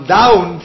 down